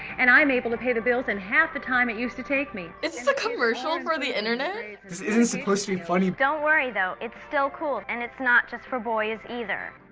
and i'm able to pay the bills in and half the time it used to take me. is this a commercial for the internet? this isn't supposed to be funny! don't worry, though, it's still cool and it's not just for boys either.